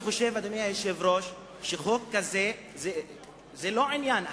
אני חושב, אדוני היושב-ראש, שחוק כזה זה לא עניין.